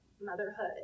motherhood